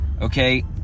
Okay